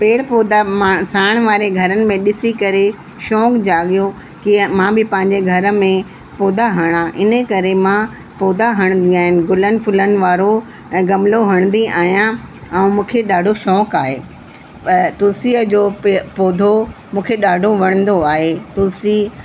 पेड़ पौधा माण साण वारे घरनि में ॾिसी करे शौक़ु जाॻियो कीअं मां बि पंहिंजे घर में पौधा हणां इन ई करे मां पौधा हणंदी आहिनि गुलनि फुलनि वारो ऐं ग़मलो हणंदी आहियां ऐं मूंखे ॾाढो शौक़ु आहे तुलसीअ जो पे पौधो मूंखे ॾाढो वणंदो आहे तुलसी